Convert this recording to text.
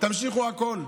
תמשיכו הכול.